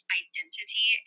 identity